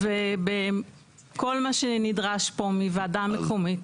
ובכל מה שנדרש פה מוועדה מקומית,